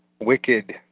wicked